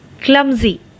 clumsy